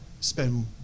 spend